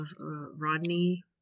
Rodney